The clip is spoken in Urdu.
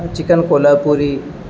چکن کولہا پوری